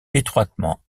étroitement